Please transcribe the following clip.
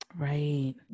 Right